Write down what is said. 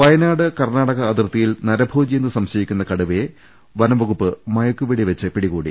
വയനാട് കർണാടക അതിർത്തിയിൽ നരഭോജി എന്ന് സംശയി ക്കുന്ന കടുവയെ വനം വകുപ്പ് മയക്കുവെടി വെച്ച് പിടികൂടി